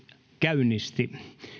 käynnisti